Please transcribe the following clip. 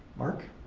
mark?